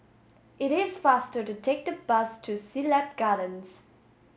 it is faster to take the bus to Siglap Gardens